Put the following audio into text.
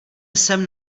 jsem